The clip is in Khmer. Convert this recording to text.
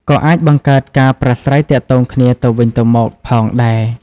ក៏អាចបង្កើតការប្រាស្រ័យទាក់ទងគ្នាទៅវិញទៅមកផងដែរ។